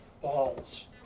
balls